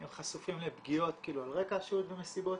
הם חשופים לפגיעות על רקע השהות במסיבות